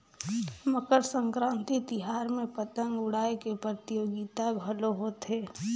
मकर संकरांति तिहार में पतंग उड़ाए के परतियोगिता घलो होथे